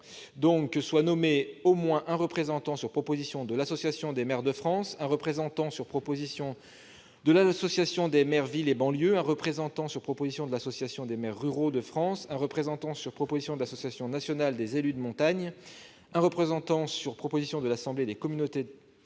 donc que soient nommés au moins un représentant sur proposition de l'Association des maires de France, un représentant sur proposition de l'Association des maires Ville et banlieue de France, un représentant sur proposition de l'Association des maires ruraux de France, un représentant sur proposition de l'Association nationale des élus de montagne, un représentant sur proposition de l'Assemblée des communautés